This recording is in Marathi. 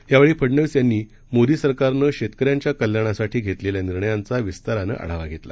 यावेळीफडनवीसयांनी मोदीसरकारनंशेतकऱ्यांच्याकल्याणासाठीघेतलेल्यानिर्णयांचाविस्तारानआढावाघेतला